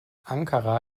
ankara